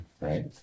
right